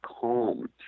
calm